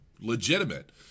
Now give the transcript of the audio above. legitimate